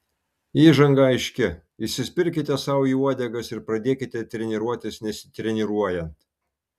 įžanga aiški įsispirkite sau į uodegas ir pradėkite treniruotis nesitreniruojant